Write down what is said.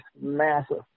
massive